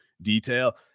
detail